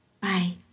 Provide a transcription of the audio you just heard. Bye